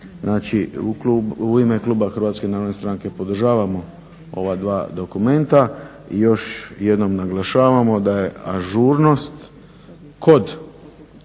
u ime kluba HNS-a podržavamo ova dva dokumenta i još jednom naglašavamo da je ažurnost kod